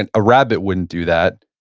and a rabbit wouldn't do that,